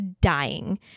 dying